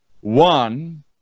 one